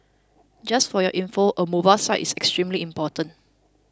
just for your info a mobile site is extremely important